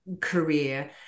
career